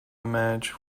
match